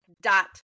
dot